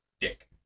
dick